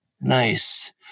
Nice